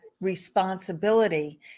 responsibility